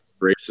racist